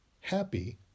Happy